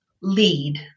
lead